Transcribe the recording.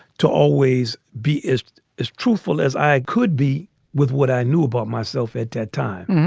to always be as as truthful as i could be with what i knew about myself at that time.